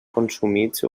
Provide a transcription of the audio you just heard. consumits